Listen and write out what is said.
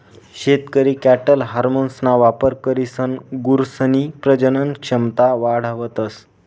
शेतकरी कॅटल हार्मोन्सना वापर करीसन गुरसनी प्रजनन क्षमता वाढावतस